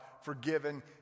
forgiven